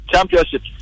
Championship